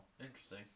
Interesting